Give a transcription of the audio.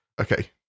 Okay